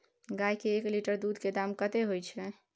गाय के एक लीटर दूध के दाम कतेक होय छै?